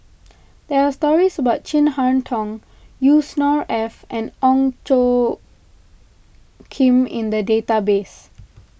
there are stories about Chin Harn Tong Yusnor Ef and Ong Tjoe Kim in the database